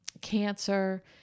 cancer